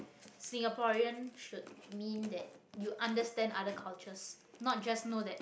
singaporean should mean that you understand other cultures not just know that